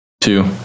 two